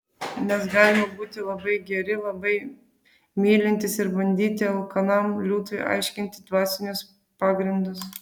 mes galime būti labai geri labai mylintys ir bandyti alkanam liūtui aiškinti dvasinius pagrindus